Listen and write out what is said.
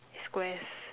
squares